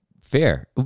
Fair